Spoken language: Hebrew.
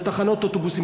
בתחנות אוטובוסים,